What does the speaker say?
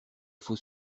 faut